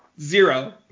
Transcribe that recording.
zero